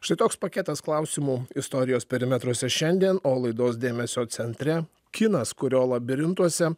štai toks paketas klausimų istorijos perimetruose šiandien o laidos dėmesio centre kinas kurio labirintuose